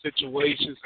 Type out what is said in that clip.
Situations